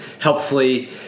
helpfully